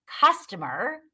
customer